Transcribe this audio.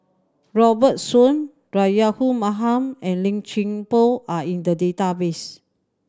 Robert Soon Rahayu Mahzam and Lim Chuan Poh are in the database